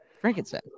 Frankenstein